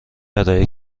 ارائه